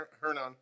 Hernan